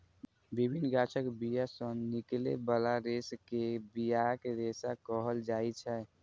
विभिन्न गाछक बिया सं निकलै बला रेशा कें बियाक रेशा कहल जाइ छै